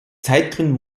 zeitgründen